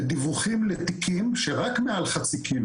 בדיווחים לתיקים שרק מעל חצי קילו